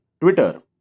Twitter